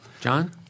John